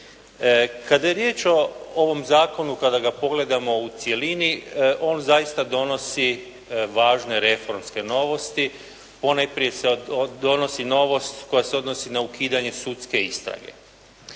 Kada je riječ o ovom zakonu, kada ga pogledamo u cjelini on zaista donosi važne reformske novosti. Ponajprije se donosi novost koja se odnosi na ukidanje sudske istrage.